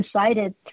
decided